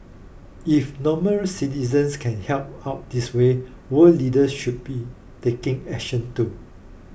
if normal citizens can help out this way world leaders should be taking action too